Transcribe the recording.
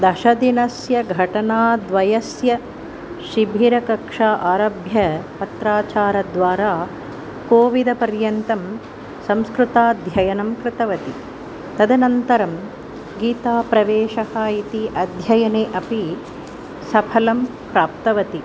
दशदिनस्य घटनाद्वयस्य शिबिरकक्षारभ्य पत्राचारद्वारा कोविदपर्यन्तं संस्कृताध्ययनं कृतवती तदनन्तरं गीताप्रवेशः इति अध्ययने अपि सफलं प्राप्तवती